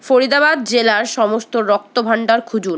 ফরিদাবাদ জেলার সমস্ত রক্তভাণ্ডার খুঁজুন